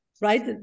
Right